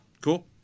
Cool